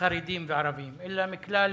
חרדים וערבים, אלא מכלל